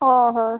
ଓ ହ